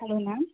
hello ma'am